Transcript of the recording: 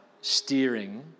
steering